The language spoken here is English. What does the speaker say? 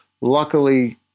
Luckily